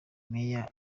major